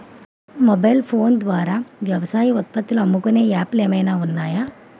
Mobile phone ద్వారా వ్యవసాయ ఉత్పత్తులు అమ్ముకునే యాప్ లు ఏమైనా ఉన్నాయా?